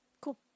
Cool